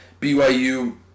BYU